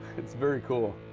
it's very cool.